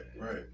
right